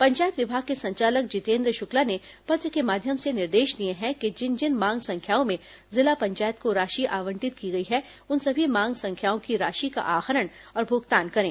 पंचायत विभाग के संचालक जितेन्द्र शुक्ला ने पत्र के माध्यम से निर्देश दिए हैं कि जिन जिन मांग संख्याओं में जिला पंचायत को राशि आबंटित की गई है उन सभी मांग संख्याओं की राशि का आहरण और भुगतान करें